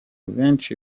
benshi